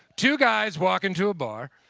two guys walk into a bar,